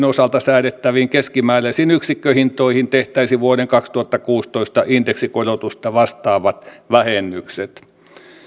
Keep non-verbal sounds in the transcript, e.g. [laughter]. [unintelligible] osalta säädettäviin keskimääräisiin yksikköhintoihin tehtäisiin vuoden kaksituhattakuusitoista indeksikorotusta vastaavat vähennykset